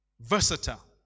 versatile